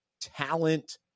talent